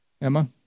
Emma